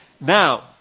Now